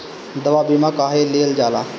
दवा बीमा काहे लियल जाला?